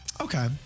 Okay